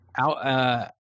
out